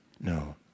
no